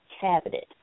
cabinet